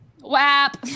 WAP